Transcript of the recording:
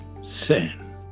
sin